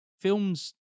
films